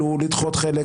יכללו לדחות חלק,